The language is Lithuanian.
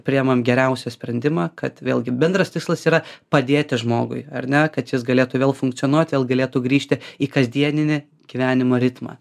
priemam geriausią sprendimą kad vėlgi bendras tikslas yra padėti žmogui ar ne kad jis galėtų vėl funkcionuoti vėl galėtų grįžti į kasdieninį gyvenimo ritmą